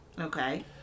Okay